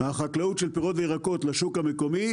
החקלאות של פירות וירקות לשוק המקומי